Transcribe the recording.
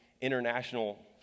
international